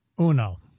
Uno